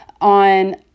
on